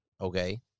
Okay